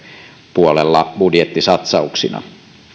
puolella budjettisatsauksina